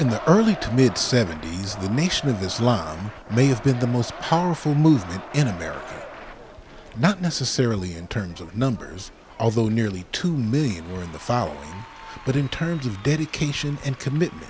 in the early to mid seventy's the nation of islam may have been the most powerful movement in america not necessarily in terms of numbers although nearly two million in the fall but in terms of dedication and commitment